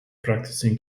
practicing